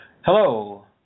Hello